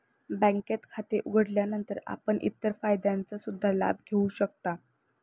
बँकेत खाते उघडल्यानंतर आपण इतर फायद्यांचा सुद्धा लाभ घेऊ शकता